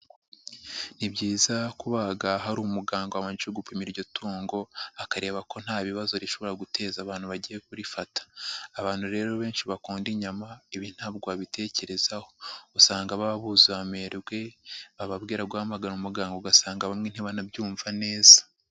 Ni byiza kubaga hari umuganga wabanje gupima iryo tungo, akareba ko nta bibazo rishobora guteza abantu bagiye kurifata. Abantu rero benshi bakunda inyama, ibi ntabwo wabitekerezaho. Usanga baba buzuye amerwe, bababwira guhamagara umuganga ugasanga bamwe ntibanabyumva neza.